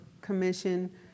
commission